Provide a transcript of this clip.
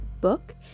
book